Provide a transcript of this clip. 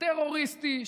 טרוריסטי,